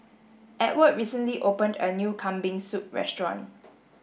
Edward recently opened a new Kambing Soup restaurant